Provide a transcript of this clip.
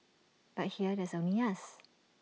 but here there's only us